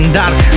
dark